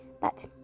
But